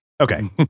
Okay